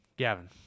Gavin